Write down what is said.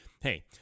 hey